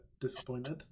disappointed